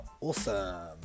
awesome